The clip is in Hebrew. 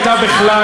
לפני שהייתה בכלל,